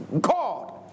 God